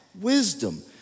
wisdom